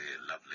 lovely